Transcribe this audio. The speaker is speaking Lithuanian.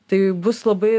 tai bus labai